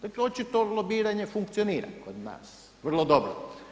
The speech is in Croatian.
Dakle, očito lobiranje funkcionira kod nas vrlo dobro.